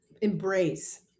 embrace